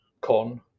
con